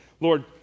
Lord